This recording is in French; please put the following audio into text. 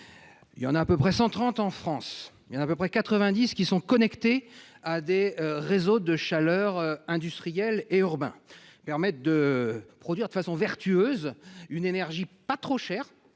On en compte environ 130 en France. À peu près 90 sont connectés à des réseaux de chaleur industriels et urbains, qui permettent de produire de façon vertueuse une énergie pas trop chère.